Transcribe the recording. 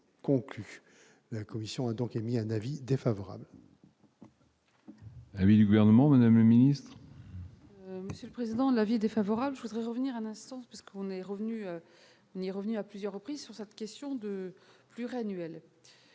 La commission a donc émis un avis défavorable